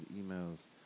emails